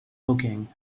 woking